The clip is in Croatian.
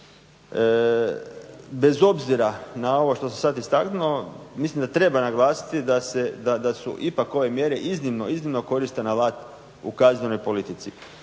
Bez obzira na ovo što sam sada istaknuo mislim da treba naglasiti da su ipak ove mjere iznimno koristan alat u kaznenoj politici.